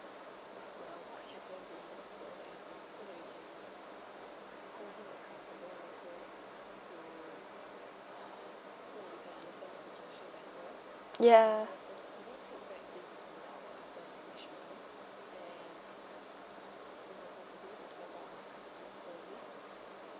yeah